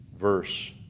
verse